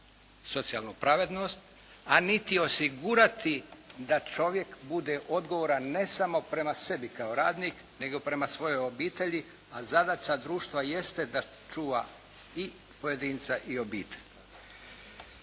socijalnu pravednost, a niti osigurati da čovjek bude odgovoran ne samo prema sebi kao radnik, nego prema svojoj obitelji, a zadaća društva jeste da čuva i pojedinca i obitelj.